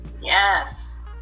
Yes